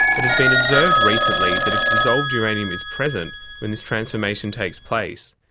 it has been observed recently that if dissolved uranium is present when this transformation takes place,